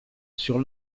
sur